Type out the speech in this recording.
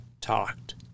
talked